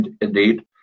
indeed